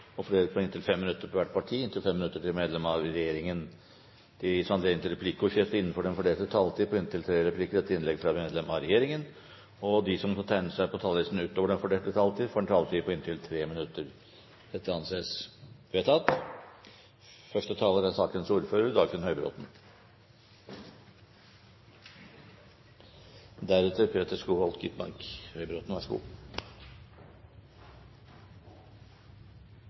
og fordeles med inntil 5 minutter til hvert parti og inntil 5 minutter til medlem av regjeringen. Videre vil presidenten foreslå at det gis anledning til replikkordskifte på inntil tre replikker med svar etter innlegg fra medlem av regjeringen innenfor den fordelte taletid. Videre vil presidenten foreslå at de som måtte tegne seg på talerlisten utover den fordelte taletid, får en taletid på inntil 3 minutter. – Dette anses vedtatt.